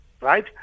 right